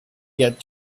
get